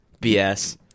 BS